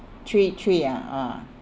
three three ya ah